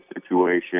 situation